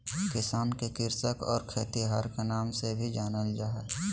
किसान के कृषक और खेतिहर के नाम से भी जानल जा हइ